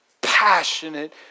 Passionate